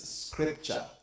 scripture